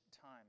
time